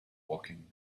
woking